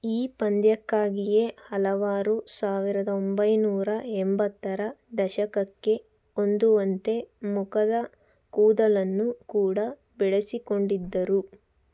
ಈ ಪಂದ್ಯಕ್ಕಾಗಿಯೇ ಹಲವರು ಸಾವಿರದೊಂಬೈನೂರ ಎಂಬತ್ತರ ದಶಕಕ್ಕೆ ಹೊಂದುವಂತೆ ಮುಖದ ಕೂದಲನ್ನು ಕೂಡ ಬೆಳೆಸಿಕೊಂಡಿದ್ದರು